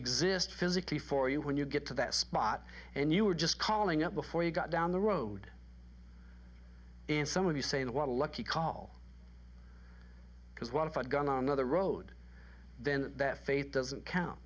exist physically for you when you get to that spot and you were just calling up before you got down the road and some of you saying what a lucky call because what if i'd gone on another road then that faith doesn't count